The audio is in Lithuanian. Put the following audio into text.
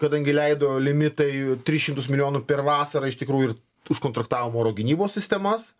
kadangi leido limitai tris šimtus milijonų per vasarą iš tikrųjų ir užkontraktavom oro gynybos sistemas